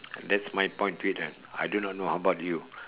that's my point to it ah I do not know how about you